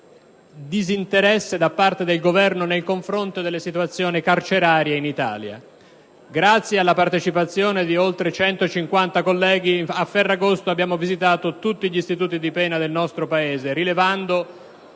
Grazie alla partecipazione di oltre 150 colleghi, a Ferragosto abbiamo visitato tutti gli istituti di pena presenti nel nostro Paese, rilevando